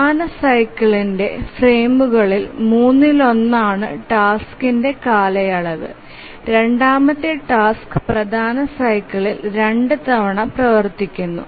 പ്രധാന സൈക്കിളെന്ടെ ഫ്രെയിമുകളിൽ മൂന്നിലൊന്നാണ് ടാസ്ക്കിന്റെ കാലയളവ് രണ്ടാമത്തെ ടാസ്ക് പ്രധാന സൈക്കിളിൽ 2 തവണ പ്രവർത്തിക്കുന്നു